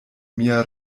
mia